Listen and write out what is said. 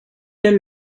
tels